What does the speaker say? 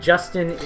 Justin